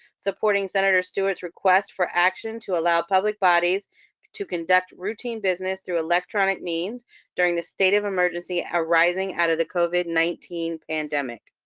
supporting senator stewart's request for action to allow public bodies to conduct routine business through electronic means during this state of emergency, arising out of the covid nineteen pandemic.